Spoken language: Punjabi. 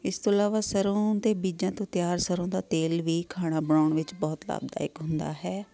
ਇਸ ਤੋਂ ਇਲਾਵਾ ਸਰੋਂ ਦੇ ਬੀਜਾਂ ਤੋਂ ਤਿਆਰ ਸਰੋਂ ਦਾ ਤੇਲ ਵੀ ਖਾਣਾ ਬਣਾਉਣ ਵਿੱਚ ਬਹੁਤ ਲਾਭਦਾਇਕ ਹੁੰਦਾ ਹੈ